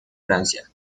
francia